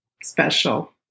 special